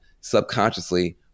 subconsciously